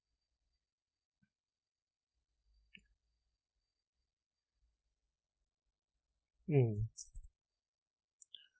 mm